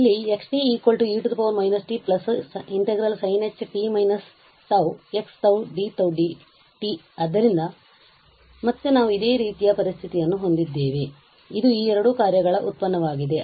ಇಲ್ಲಿ x e −t ∫ sinht − τxτdτ t ಆದ್ದರಿಂದ ಮತ್ತೆ ನಾವು ಇದೇ ರೀತಿಯ ಪರಿಸ್ಥಿತಿಯನ್ನು ಹೊಂದಿದ್ದೇವೆ ಇದು ಈ ಎರಡು ಕಾರ್ಯಗಳ ಉತ್ಪನ್ನವಾಗಿದೆ